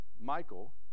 Michael